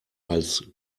als